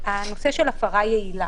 והנושא של אכיפת הפרה יעילה.